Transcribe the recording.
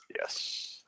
Yes